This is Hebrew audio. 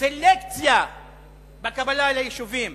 סלקציה בקבלה ליישובים.